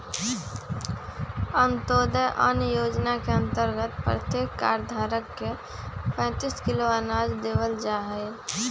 अंत्योदय अन्न योजना के अंतर्गत प्रत्येक कार्ड धारक के पैंतीस किलो अनाज देवल जाहई